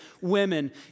women